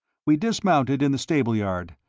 we dismounted in the stable-yard,